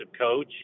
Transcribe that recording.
coach